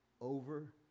over